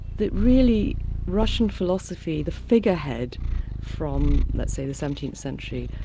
that really russian philosophy, the figurehead from let's say the seventeenth century,